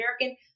American